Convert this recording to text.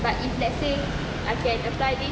but if let's say I can applied leave